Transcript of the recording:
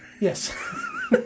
Yes